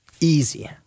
easy